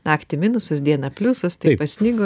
naktį minusas dieną pliusas tai pasnigo